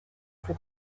for